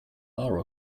are